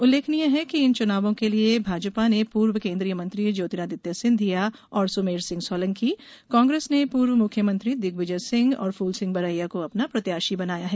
उल्लेखनीय है कि इन चुनावों के लिए भाजपा ने पूर्व केन्द्रीय मंत्री ज्योतिरादित्य सिंधिया सुमेर सिंह सोलंकी कांग्रेस ने पूर्व मुख्यमंत्री दिग्विजय सिंह और फूलसिंह बरैया को अपना प्रत्याशी बनाया है